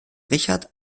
richard